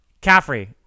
Caffrey